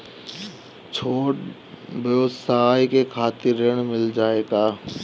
छोट ब्योसाय के खातिर ऋण मिल जाए का?